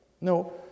No